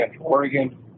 Oregon